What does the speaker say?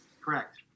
Correct